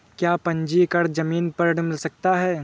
क्या पंजीकरण ज़मीन पर ऋण मिल सकता है?